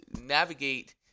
navigate